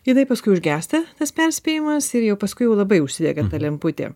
jinai paskui užgęsta tas perspėjimas ir jau paskui jau labai užsidega ta lemputė